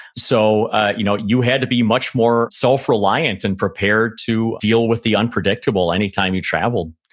so you know you had to be much more self-reliant and prepared to deal with the unpredictable any time you traveled,